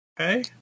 Okay